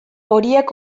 horiek